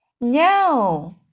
No